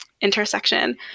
intersection